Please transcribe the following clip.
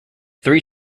three